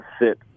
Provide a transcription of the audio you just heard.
sit